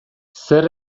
zer